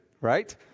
right